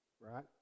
right